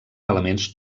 elements